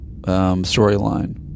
storyline